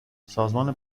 سازمان